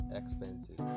expenses